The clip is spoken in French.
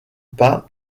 pas